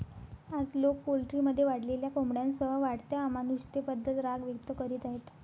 आज, लोक पोल्ट्रीमध्ये वाढलेल्या कोंबड्यांसह वाढत्या अमानुषतेबद्दल राग व्यक्त करीत आहेत